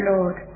Lord